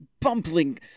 bumbling